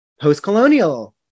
post-colonial